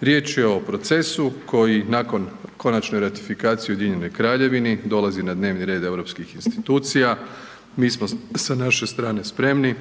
Riječ je o procesu koji nakon konačne ratifikacije u Ujedinjenoj Kraljevini dolazi na dnevni red europskih institucija, mi smo sa naše strane spremni